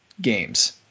games